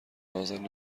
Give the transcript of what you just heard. نازنین